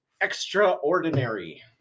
extraordinary